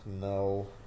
no